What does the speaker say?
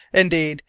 indeed,